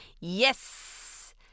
Yes